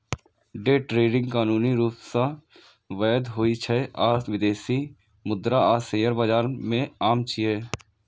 day trading कानूनी रूप सं वैध होइ छै आ विदेशी मुद्रा आ शेयर बाजार मे आम छै